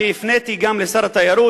הפניתי גם לשר התיירות,